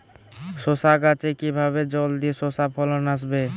শশা গাছে কিভাবে জলদি শশা ফলন আসবে?